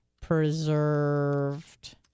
preserved